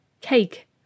cake